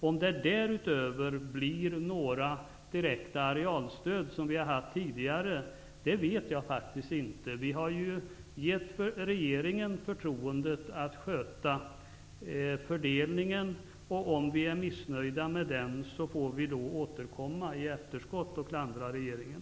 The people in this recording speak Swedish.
Om det därutöver blir några direkta arealstöd, som vi haft tidigare, vet jag faktiskt inte. Vi har givit regeringen förtroendet att sköta fördelningen. Om vi är missnöjda med den får vi återkomma i efterskott och klandra regeringen.